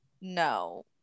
No